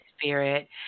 Spirit